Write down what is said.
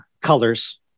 colors